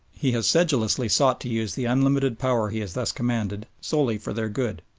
he has sedulously sought to use the unlimited power he has thus commanded solely for their good.